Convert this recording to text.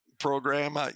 program